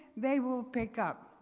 they will pick up.